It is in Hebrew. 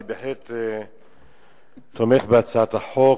אני בהחלט תומך בהצעת החוק.